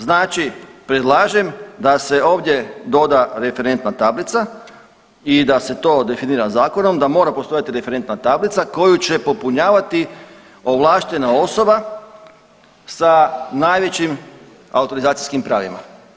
Znači predlažem da se ovdje doda referentna tablica i da se to definira zakonom da mora postojati referentna tablica koju će popunjavati ovlaštena osoba sa najvećim autorizacijskim pravima.